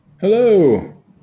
Hello